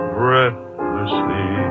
breathlessly